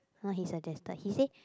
no he suggested he say